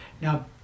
Now